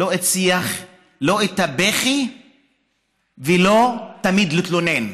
לא את השיח, לא את הבכי ולא תמיד להתלונן.